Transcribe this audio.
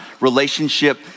relationship